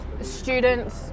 students